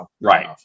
right